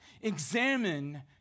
Examine